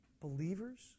believers